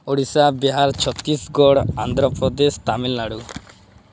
Odisha Bihar Chhattisgarh Andhra Pradesh Tamil Nadu